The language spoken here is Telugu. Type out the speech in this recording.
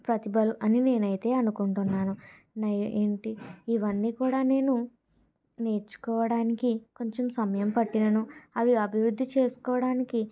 ప్రతిభలు అని నేనైతే అనుకుంటున్నాను నయా ఏంటి ఇవన్నీ కూడా నేను నేర్చుకోవడానికి కొంచెం సమయం పట్టినను అవి అభివృద్ధి చేసుకోడానికి